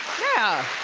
yeah.